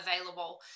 available